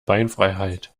beinfreiheit